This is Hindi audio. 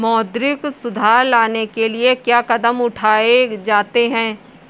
मौद्रिक सुधार लाने के लिए क्या कदम उठाए जाते हैं